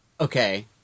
Okay